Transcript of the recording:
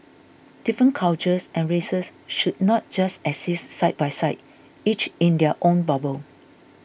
different cultures and races should not just exist side by side each in their own bubble